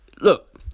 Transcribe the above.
look